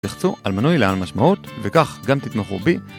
לחצו על מנוי לעל משמעות וכך גם תתמכו בי